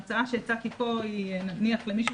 ההצעה שהצעתי פה היא נניח למישהו